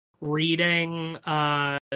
reading